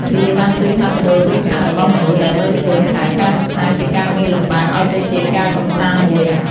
វាបានជួយផ្លាស់ប្តូរទស្សនៈរបស់មនុស្សដែលមើលឃើញថាការសិក្សាជាការងារលំបាក ឲ្យទៅជាការកម្សាន្តមួយ។